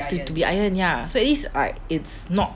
to be ironed yeah so at least I it's not